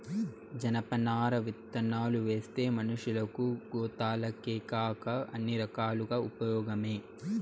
జనపనార విత్తనాలువేస్తే మనషులకు, గోతాలకేకాక అన్ని రకాలుగా ఉపయోగమే